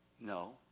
No